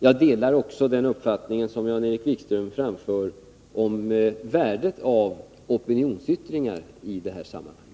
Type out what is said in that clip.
Jag delar också den uppfattning som Jan-Erik Wikström framför om värdet av opinionsyttringar i det sammanhanget.